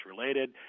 related